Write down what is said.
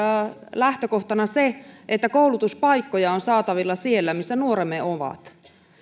lähtökohtana se että koulutuspaikkoja on saatavilla siellä missä nuoremme ovat